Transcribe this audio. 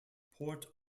port